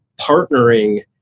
partnering